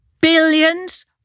Billions